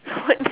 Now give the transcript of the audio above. what